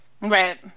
right